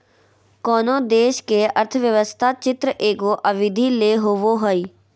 कोनो देश के अर्थव्यवस्था चित्र एगो अवधि ले होवो हइ